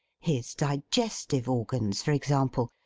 his digestive organs for example,